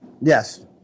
Yes